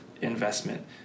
investment